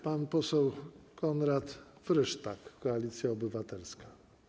Pan poseł Konrad Frysztak, Koalicja Obywatelska.